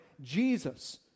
Jesus